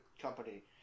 company